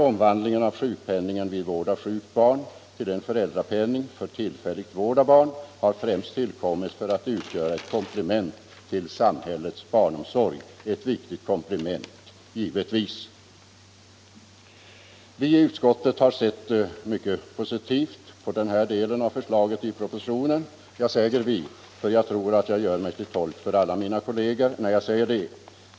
Omvandlingen av sjukpenningen vid vård av sjukt barn till föräldrapenning för tillfällig vård av barn har främst tillkommit för att utgöra ett komplement till samhällets barnomsorg, för vilken riksdagen beslutade en så betydelsefull utbyggnad häromdagen. Vi i utskottet har sett mycket positivt på denna del av förslaget i propositionen. Jag säger vi, därför att jag tror att jag i det sammanhanget gör mig till tolk för alla mina kolleger.